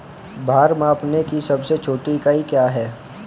भार मापने की सबसे छोटी इकाई क्या है?